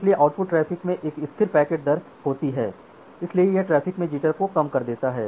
इसलिए output traffic में एक स्थिर पैकेट दर होती है इसलिए यह नेटवर्क में जिटर को कम कर देता है